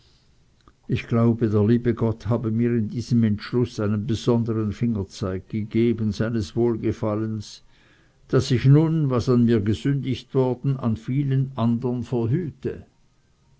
ich glaube der liebe gott habe mir in diesem entschluß einen besondern fingerzeig gegeben seines wohlgefallens daß ich nun was an mir gesündigt worden an vielen andern verhüte